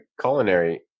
culinary